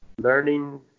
learning